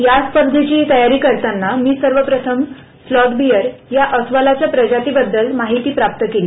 या स्पर्धेची तयारी करताना मी सर्वप्रथम स्लोथ बेर या अस्वलाचा प्रजाती बद्दल माहिती प्राप्त केली